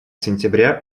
сентября